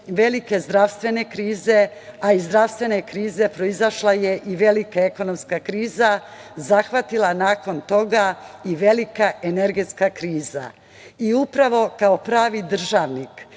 velike zdravstvene krize, a i zdravstvene krize, proizašla je i velika ekonomska kriza, zahvatila nakon toga i velika energetska kriza. Upravo kao pravi državni,